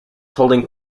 holding